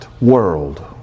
world